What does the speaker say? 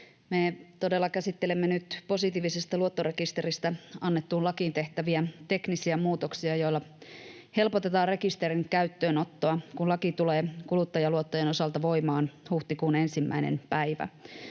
Me todella käsittelemme nyt positiivisesta luottorekisteristä annettuun lakiin tehtäviä teknisiä muutoksia, joilla helpotetaan rekisterin käyttöönottoa, kun laki tulee kuluttajaluottojen osalta voimaan huhtikuun ensimmäisenä päivänä.